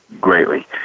greatly